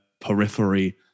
periphery